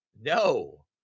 No